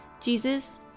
Jesus